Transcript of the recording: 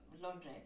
laundry